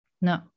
No